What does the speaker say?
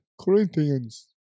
Corinthians